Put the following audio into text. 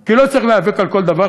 כי לא צריך להיאבק על כל דבר,